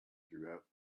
throughout